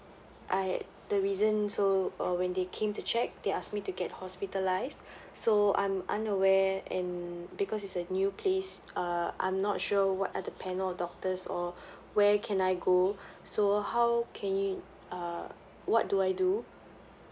I the reason so uh when they came to check they ask me to get hospitalised so I'm unaware and because is a new place uh I'm not sure what are the panel doctor or where can I go so how can you uh what do I do